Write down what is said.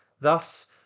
Thus